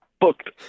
booked